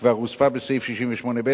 כבר הוספה בסעיף 68(ב)